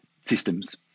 systems